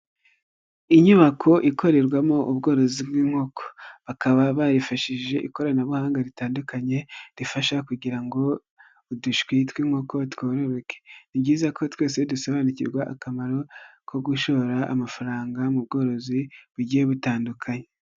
Inyubako ikorerwamo ubworozi bw'inkoko, bakaba barifashishije ikoranabuhanga ritandukanye rifasha kugira ngo udushwi tw'inkoko twororoke, ni byiza ko twese dusobanukirwa akamaro ko gushora amafaranga mu bworozi bugiye butandukanye.